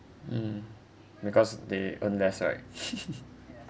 mm because they earn less right